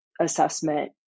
assessment